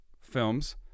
films